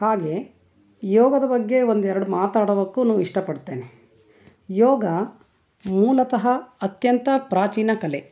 ಹಾಗೇ ಯೋಗದ ಬಗ್ಗೆ ಒಂದೆರಡು ಮಾತಾಡದಕ್ಕು ಇಷ್ಟಪಡ್ತೇನೆ ಯೋಗ ಮೂಲತಹ ಅತ್ಯಂತ ಪ್ರಾಚೀನ ಕಲೆ